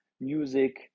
music